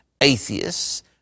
atheists